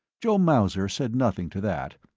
joe mauser said nothing to that.